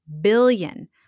billion